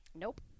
Nope